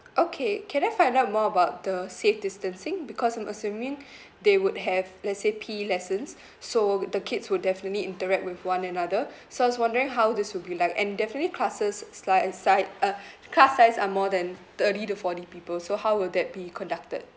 okay can I find out more about the safe distancing because I'm assuming they would have let's say P_E lessons so the kids would definitely interact with one another so I was wondering how this would be like and definitely classes sli~ uh si~ uh class size are more than thirty to forty people so how will that be conducted